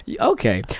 Okay